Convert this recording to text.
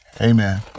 Amen